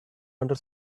under